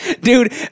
Dude